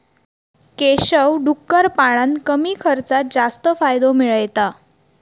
केशव डुक्कर पाळान कमी खर्चात जास्त फायदो मिळयता